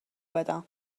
بدم